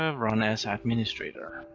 ah run as ah administrator.